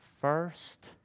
first